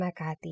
Makati